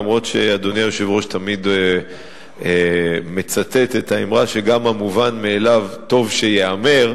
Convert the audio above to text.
אף שאדוני היושב-ראש תמיד מצטט את האמרה שגם המובן מאליו טוב שייאמר.